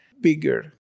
bigger